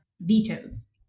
vetoes